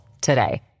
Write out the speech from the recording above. today